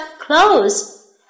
clothes